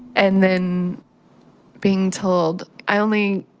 and then being told i only